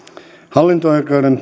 hallinto oikeuden